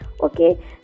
Okay